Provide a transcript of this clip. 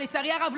ולצערי הרב,